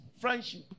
friendship